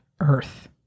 earth